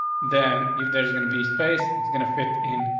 then if there's gonna be space, it's gonna fit in.